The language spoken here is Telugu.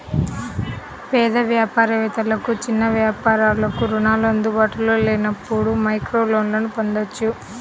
పేద వ్యాపార వేత్తలకు, చిన్న వ్యాపారాలకు రుణాలు అందుబాటులో లేనప్పుడు మైక్రోలోన్లను పొందొచ్చు